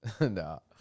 No